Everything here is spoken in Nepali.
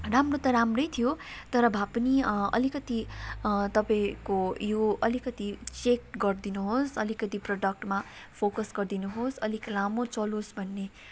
राम्रो त राम्रै थियो तर भए पनि अलिकति तपाईँको यो अलिकति चेक गरिदिनुहोस् अलिकति प्रडक्टमा फोकस गरिदिनुहोस् अलिक लामो चलोस् भन्ने